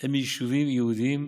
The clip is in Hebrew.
הן מיישובים יהודיים,